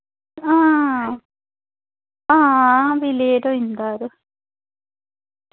आं भी लेट होई जंदा यरो